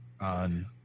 on